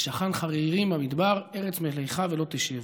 ושכן חררים במדבר ארץ מלחה ולא תשב'.